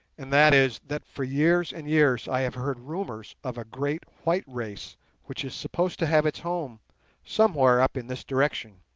and that is, that for years and years i have heard rumours of a great white race which is supposed to have its home somewhere up in this direction,